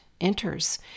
enters